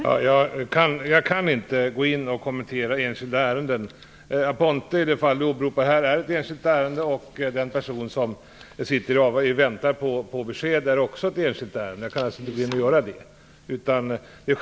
Fru talman! Jag kan inte gå in och kommentera enskilda ärenden. Aponte, det fall som åberopas här, är ett enskilt ärende, och den person som sitter och väntar på besked är också ett enskilt ärende. Jag kan inte kommentera dessa.